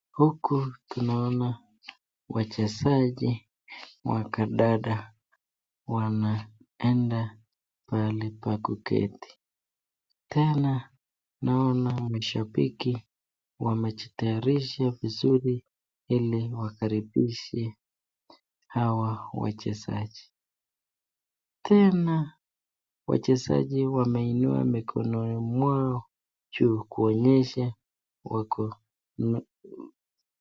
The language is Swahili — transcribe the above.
Huku tunaona wachezaji wa kandanda wanaenda mahali pa kuketi. Tena naona mashabiki wamejitayarisha vizuri ili wakaribishe hawa wachezaji. Tena wachezaji wameinua mikono mwao juu kuonyesha wako.